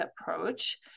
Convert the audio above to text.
approach